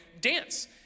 dance